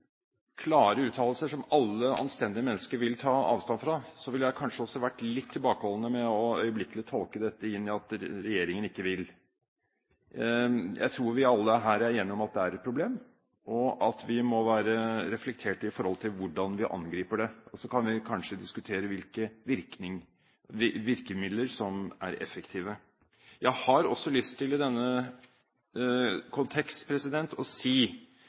klare uttalelser som alle anstendige mennesker vil ta avstand fra, ville jeg kanskje være litt tilbakeholden med øyeblikkelig å tolke dette inn i at regjeringen ikke vil. Jeg tror vi alle her er enige om at det er et problem, og at vi må være reflektert i forhold til hvordan vi angriper det. Så kan vi kanskje diskutere hvilke virkemidler som er effektive. Jeg har også lyst til i denne kontekst å si